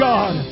God